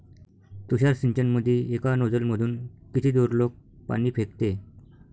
तुषार सिंचनमंदी एका नोजल मधून किती दुरलोक पाणी फेकते?